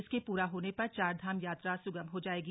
इसके पूरा होने पर चार धाम यात्रा सुगम हो जाएगी